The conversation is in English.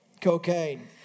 cocaine